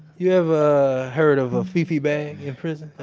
you ever heard of a fi-fi bag in prison? ah